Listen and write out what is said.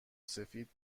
سفید